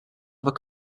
other